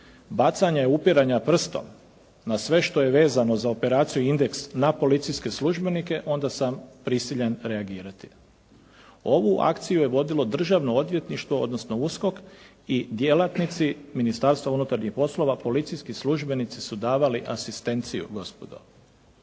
bacanje i upiranje prstom na sve što je vezano za operaciju Indeks na policijske službenike onda sam prisiljen reagirati. Ovu akciju je vodilo Državno odvjetništvo odnosno USKOK i djelatnici Ministarstva unutarnjih poslova, policijski službenici su davali asistenciju gospodo.